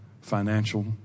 financial